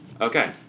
okay